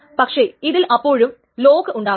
പക്ഷേ ഇതിൽ അപ്പോഴും ലോക്ക് ഉണ്ടാകാം